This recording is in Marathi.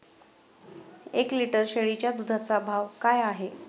एक लिटर शेळीच्या दुधाचा भाव काय आहे?